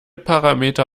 parameter